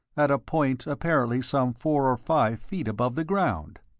at a point apparently some four or five feet above the ground!